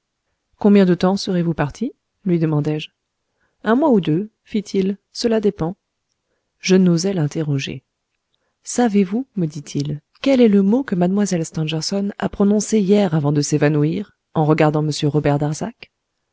combien de temps serez-vous parti lui demandai-je un mois ou deux fit-il cela dépend je n'osai l'interroger savez-vous me dit-il quel est le mot que mlle stangerson a prononcé hier avant de s'évanouir en regardant m robert darzac